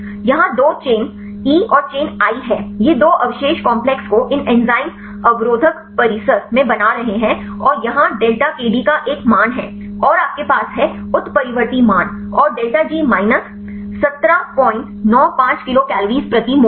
यहां दो chain chain E और चेन I हैं ये दो अवशेष काम्प्लेक्स को इन एंजाइम अवरोधक परिसर में बना रहे हैं और यहां डेटा के डी का एक मान है और आपके पास है उत्परिवर्ती मान और डेल्टा जी माइनस 1795 किलोकल प्रति तिल है